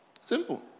Simple